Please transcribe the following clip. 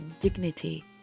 dignity